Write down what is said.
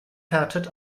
härtet